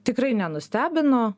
tikrai nenustebino